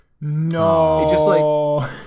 No